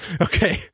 okay